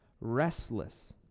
restless